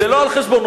זה על חשבוננו,